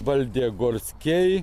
valdė gorskiai